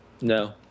No